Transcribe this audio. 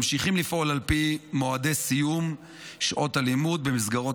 ממשיכות לפעול על פי מועדי סיום שעות הלימוד במסגרות